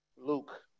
Luke